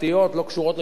שלא קשורות לקבלנים,